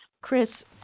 Chris